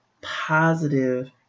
positive